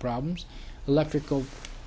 problems electrical